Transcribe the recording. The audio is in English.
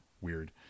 Weird